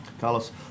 Carlos